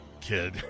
kid